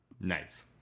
Nice